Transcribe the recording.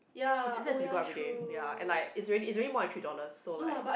that's if you go out everyday ya and like it's already it's already more than three dollars so like